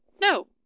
No